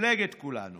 למפלגת כולנו